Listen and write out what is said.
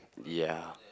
ya